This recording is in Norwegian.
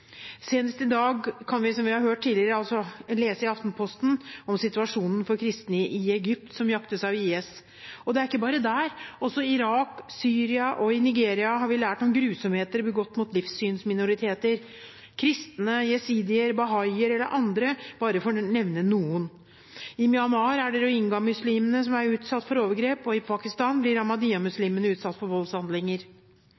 Senest i dag kan vi, som vi har hørt tidligere, lese i Aftenposten om situasjonen for kristne i Egypt, som jaktes av IS. Og det er ikke bare der, også i Irak, Syria og Nigeria har vi lært om grusomheter begått mot livssynsminoriteter – kristne, jesidier, bahaier eller andre, bare for å nevne noen. I Myanmar er det rohingyamuslimene som er utsatt for overgrep, og i Pakistan blir